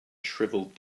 shriveled